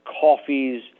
coffees